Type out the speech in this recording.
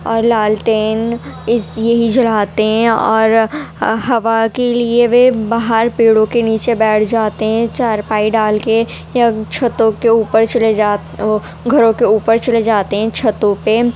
اور لالٹین اس یہی جلاتے ہیں اور ہوا کے لیے وہ باہر پیڑوں کے نیچے بیٹھ جاتے ہیں چارپائی ڈال کے یا چھتوں کے اوپر چلے جا وہ گھروں کے اوپر چلے جاتے ہیں چھتوں پہ